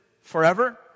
forever